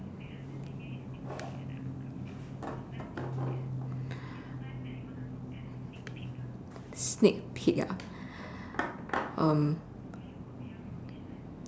sneak peek ah um